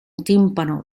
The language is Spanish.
tímpano